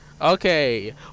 Okay